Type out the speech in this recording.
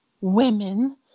women